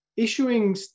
Issuing